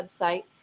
website